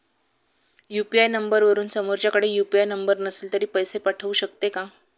UPI नंबरवरून समोरच्याकडे UPI number नसेल तरी पैसे पाठवू शकते का?